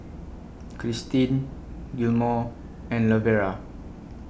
Christin Gilmore and Lavera